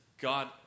God